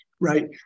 Right